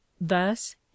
thus